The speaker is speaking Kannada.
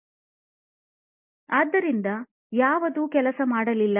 ಅದರಲ್ಲಿ ಯಾವುದು ಕೆಲಸ ಮಾಡಲಿಲ್ಲ